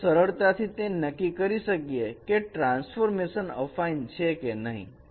આપણે સરળતાથી તે નક્કી કરી શકીએ કે ટ્રાન્સફોર્મેશન અફાઈન છે કે નહીં